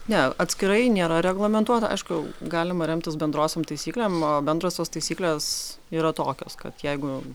ne atskirai nėra reglamentuota aišku galima remtis bendrosiom taisyklėm o bendrosios taisyklės yra tokios kad jeigu